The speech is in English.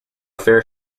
fair